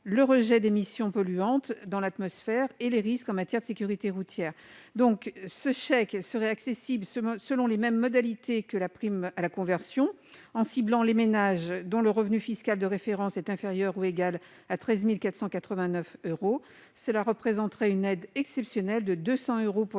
le rejet d'émissions polluantes dans l'atmosphère et les risques en matière de sécurité routière. Ce chèque serait accessible selon les mêmes modalités que la prime à la conversion, en ciblant les ménages dont le revenu fiscal de référence est inférieur ou égal à 13 489 euros. Cela représenterait une aide exceptionnelle de 200 euros pour